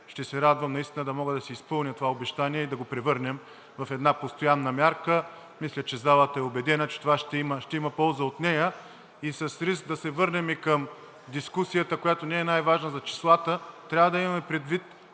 ще се радвам наистина да мога да си изпълня това обещание и да го превърнем в една постоянна мярка. Мисля, че залата е убедена, че ще има полза от нея. И с риск да се върнем към дискусията, която не е най-важна, за числата, трябва да имаме предвид,